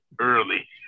early